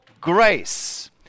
grace